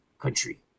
country